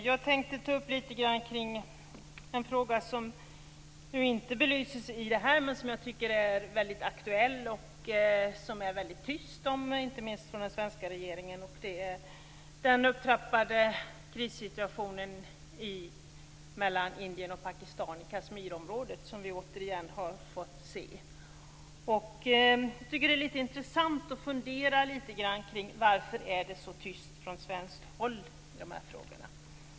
Jag tänkte ta upp några synpunkter kring en fråga som inte belyses här men som jag tycker är väldigt aktuell, och som det är väldigt tyst om - inte minst från den svenska regeringen. Det gäller den upptrappade krissituation mellan Indien och Pakistan i Kashmirområdet som vi åter har fått se. Jag tycker att det är intressant att fundera lite grann omkring varför det är så tyst från svenskt håll i de här frågorna.